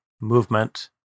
Movement